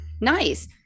Nice